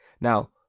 Now